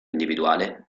individuale